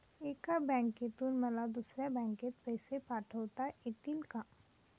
एका बँकेतून मला दुसऱ्या बँकेत पैसे पाठवता येतील का?